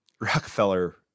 Rockefeller